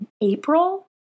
April